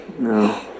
No